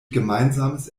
gemeinsames